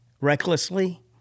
recklessly